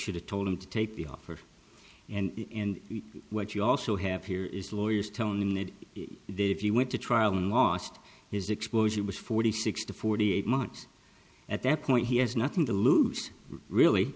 should have told him to take the offer and what you also have here is lawyers tell him that if they if you went to trial and lost his exposure was forty six to forty eight months at that point he has nothing to lose really